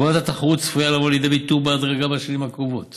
הגברת התחרות צפויה לבוא לידי ביטוי בהדרגה בשנים הקרובות